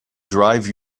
drive